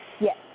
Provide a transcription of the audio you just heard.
yes